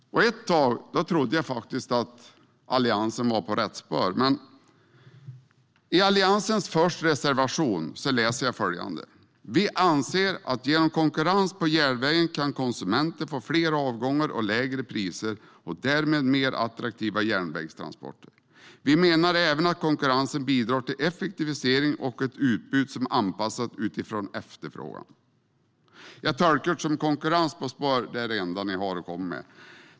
Ett tag trodde jag faktiskt att Alliansen var på rätt spår. Men i Alliansens första reservation läser jag följande: Vi anser att genom konkurrens på järnvägen kan konsumenterna få fler avgångar och lägre priser och därmed mer attraktiva järnvägstransporter. Vi menar även att konkurrens bidrar till effektivisering och ett utbud som är anpassat utifrån efterfrågan. Jag tolkar det som att konkurrens på spår är det enda som ni har att komma med.